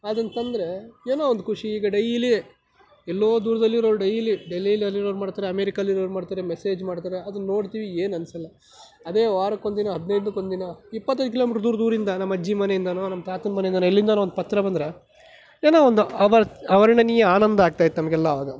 ಅದನ್ನು ತಂದರೆ ಏನೋ ಒಂದು ಖುಷಿ ಈಗ ಡೈಲಿ ಎಲ್ಲೋ ದೂರದಲ್ಲಿರೋರು ಡೈಲಿ ಡೆಲ್ಲಿಯಲ್ಲಿರೋರು ಮಾಡ್ತಾರೆ ಅಮೇರಿಕಾದಲ್ಲಿರೋರು ಮಾಡ್ತಾರೆ ಮೆಸೇಜ್ ಮಾಡ್ತಾರೆ ಅದನ್ನು ನೋಡ್ತೀವಿ ಏನು ಅನಿಸಲ್ಲ ಅದೇ ವಾರಕ್ಕೊಂದಿನ ಹದಿನೈದು ದಿನಕ್ಕೊಂದಿನ ಇಪ್ಪತ್ತೈದು ಕಿಲೋಮೀಟ್ರ್ ದೂರದಿಂದ ನಮ್ಮ ಅಜ್ಜಿ ಮನೆಯಿಂದಾನೋ ನಮ್ಮ ತಾತನ ಮನೆಯಿಂದಾನೋ ಎಲ್ಲಿಂದಾನೋ ಒಂದು ಪತ್ರ ಬಂದರೆ ಏನೋ ಒಂದು ಅವರ್ತ್ ಅವರ್ಣನೀಯ ಆನಂದ ಆಗ್ತಾಯಿತ್ತು ನಮಗೆಲ್ಲ ಆವಾಗ